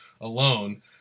alone